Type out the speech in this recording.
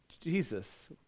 Jesus